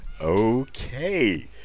Okay